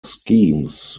schemes